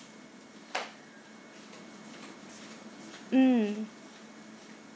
mm